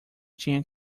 tinha